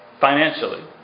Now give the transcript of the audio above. financially